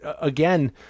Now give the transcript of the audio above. again